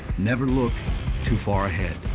never look too far ahead.